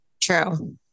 True